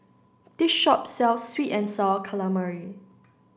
this shop sells sweet and sour calamari